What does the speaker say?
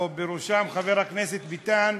ובראשם חבר הכנסת ביטן,